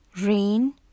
rain